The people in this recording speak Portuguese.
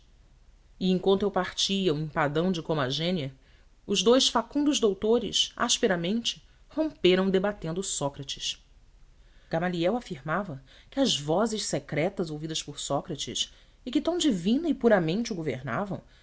e enquanto eu partia um empadão de comagênia os dous facundos doutores asperamente romperam debatendo sócrates gamaliel afirmava que as vozes secretas ouvidas por sócrates e que tão divina e puramente o governavam